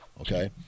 okay